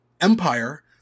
empire